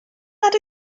nad